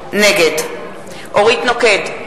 נגד אורית נוקד,